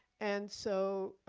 and so,